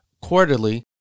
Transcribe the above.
quarterly